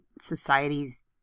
society's